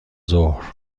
ظهر